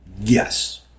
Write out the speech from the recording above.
Yes